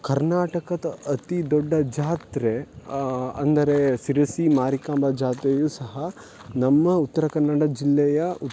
ಕರ್ನಾಟಕದ ಅತಿ ದೊಡ್ಡ ಜಾತ್ರೆ ಅಂದರೆ ಶಿರಸಿ ಮಾರಿಕಾಂಬಾ ಜಾತ್ರೆಯೂ ಸಹ ನಮ್ಮ ಉತ್ತರ ಕನ್ನಡ ಜಿಲ್ಲೆಯ